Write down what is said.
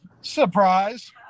surprise